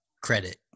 credit